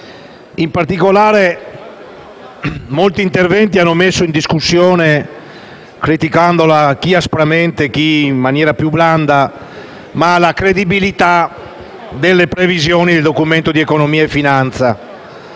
senatori intervenuti hanno messo in discussione, criticandola chi aspramente e chi in maniera più blanda, la credibilità delle previsioni del Documento di economia e finanza,